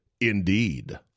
Indeed